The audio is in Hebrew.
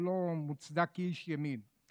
הוא לא מוצג כאיש ימין.